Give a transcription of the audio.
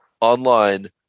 online